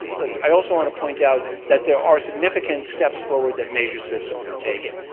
but i also want to point out that there are significant steps forward that major systems have taken.